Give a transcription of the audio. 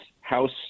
House